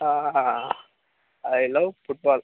ಹಾಂ ಹಾಂ I love football